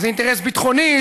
זה אינטרס ביטחוני,